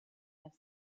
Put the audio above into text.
have